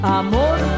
amor